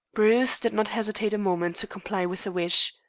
bruce did not hesitate a moment to comply with the wish.